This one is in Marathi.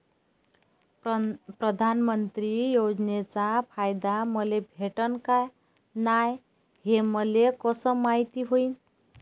प्रधानमंत्री योजनेचा फायदा मले भेटनं का नाय, हे मले कस मायती होईन?